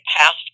passed